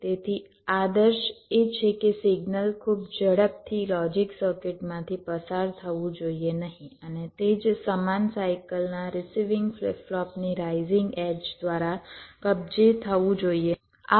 તેથી આદર્શ એ છે કે સિગ્નલ ખૂબ ઝડપથી લોજિક સર્કિટમાંથી પસાર થવું જોઈએ નહીં અને તે જ સમાન સાઇકલના રીસિવિંગ ફ્લિપ ફ્લોપની રાઇઝિંગ એડ્જ દ્વારા કબજે થવું જોઈએ નહીં